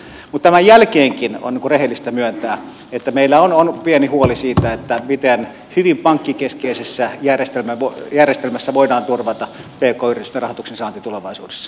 mutta tämän jälkeenkin on rehellistä myöntää että meillä on pieni huoli siitä miten hyvin pankkikeskeisessä järjestelmässä voidaan turvata pk yritysten rahoituksen saanti tulevaisuudessa